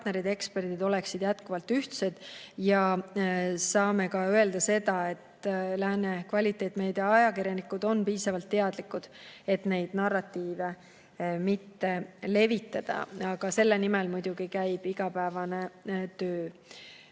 eksperdid oleksid jätkuvalt ühtsed. Saame ka öelda seda, et lääne kvaliteetmeedia ajakirjanikud on piisavalt teadlikud, et neid narratiive mitte levitada. Aga selle nimel muidugi käib igapäevane